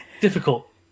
difficult